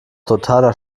totaler